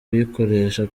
kuyikoresha